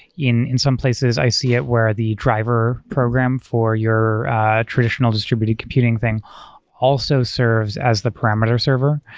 in in some places, i see it where the driver program for your traditional distributed computing thing also serves as the parameter server.